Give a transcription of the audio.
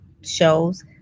shows